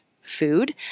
food